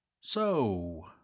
So—